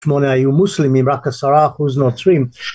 שמונה היו מוסלמים, רק עשרה אחוז נוצרים